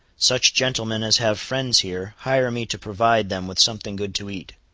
such gentlemen as have friends here, hire me to provide them with something good to eat.